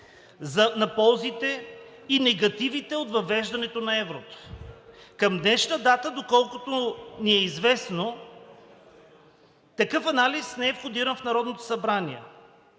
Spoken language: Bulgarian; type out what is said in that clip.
на ползите и негативите от въвеждането на еврото. Към днешна дата, доколкото ни е известно, такъв анализ не е входиран в Народното събрание,